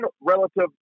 relative